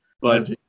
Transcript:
but-